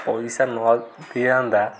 ପଇସା